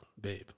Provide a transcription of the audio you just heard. Babe